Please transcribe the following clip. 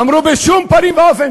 אמרו: בשום פנים ואופן.